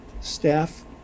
Staff